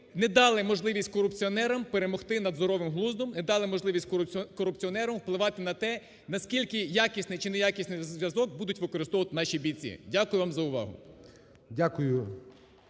не дали можливість корупціонерам перемогти над здоровим глуздом, не дали можливість корупціонерам впливати на те, наскільки якісний чи неякісний зв'язок будуть використовувати наші бійці. Дякую вам за увагу.